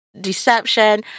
deception